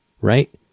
right